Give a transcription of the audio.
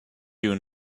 you